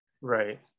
right